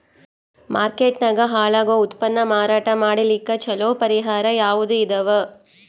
Market ನಾಗ ಹಾಳಾಗೋ ಉತ್ಪನ್ನ ಮಾರಾಟ ಮಾಡಲಿಕ್ಕ ಚಲೋ ಪರಿಹಾರ ಯಾವುದ್ ಇದಾವ?